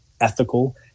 ethical